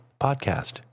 podcast